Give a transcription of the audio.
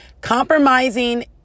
compromising